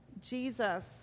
Jesus